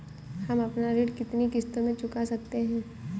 हम अपना ऋण कितनी किश्तों में चुका सकते हैं?